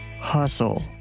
hustle